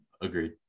Agreed